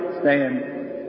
stand